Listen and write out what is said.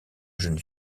jeune